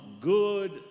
good